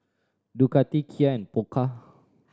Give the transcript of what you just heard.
Ducati Kia and Pokka